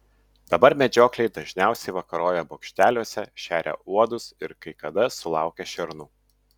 dabar medžiokliai dažniausiai vakaroja bokšteliuose šeria uodus ir kai kada sulaukia šernų